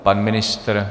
Pan ministr?